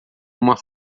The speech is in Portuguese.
uma